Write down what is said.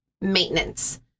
maintenance